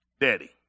daddy